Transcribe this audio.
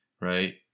right